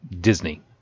Disney